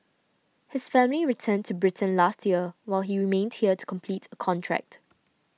his family returned to Britain last year while he remained here to complete a contract